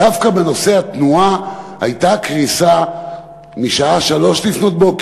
דווקא בנושא התנועה הייתה קריסה משעה 03:00,